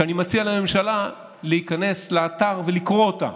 ואני מציע לממשלה להיכנס לאתר ולקרוא אותה.